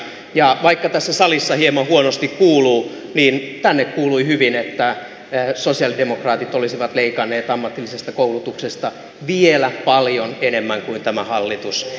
ja vaikka tässä salissa hieman huonosti kuuluu niin tänne kuului hyvin että sosialidemokraatit olisivat leikanneet ammatillisesta koulutuksesta vielä paljon enemmän kuin tämä hallitus